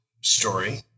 story